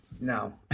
no